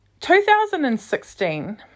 2016